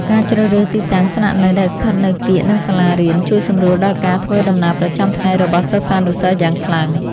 ការជ្រើសរើសទីតាំងស្នាក់នៅដែលស្ថិតនៅកៀកនឹងសាលារៀនជួយសម្រួលដល់ការធ្វើដំណើរប្រចាំថ្ងៃរបស់សិស្សានុសិស្សយ៉ាងខ្លាំង។